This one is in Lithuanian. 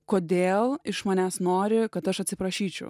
kodėl iš manęs nori kad aš atsiprašyčiau